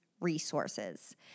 resources